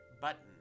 button